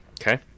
Okay